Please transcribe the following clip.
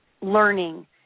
learning